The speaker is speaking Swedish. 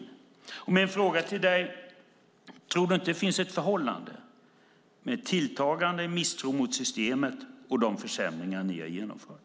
Tror inte ministern att det finns ett förhållande mellan en tilltagande misstro mot systemet och de försämringar ni har genomfört?